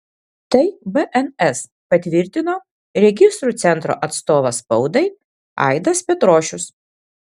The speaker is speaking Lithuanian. tai bns patvirtino registrų centro atstovas spaudai aidas petrošius